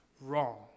wrong